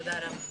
תודה רבה.